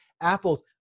apples